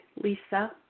Lisa